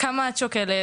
״כמה את שוקלת?